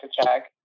check